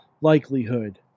likelihood